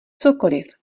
cokoliv